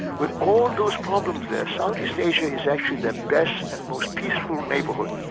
with all those problems there, south east asia is actually their best and most peaceful neighbourhood,